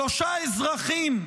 שלושה אזרחים,